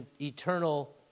eternal